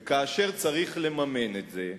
וכאשר צריך לממן את זה,